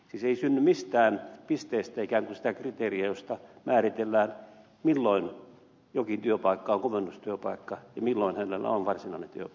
siis ei synny mistään pisteestä ikään kuin sitä kriteeriä josta määritellään milloin jokin työpaikka on komennustyöpaikka ja milloin hänellä on varsinainen työpaikka